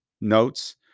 notes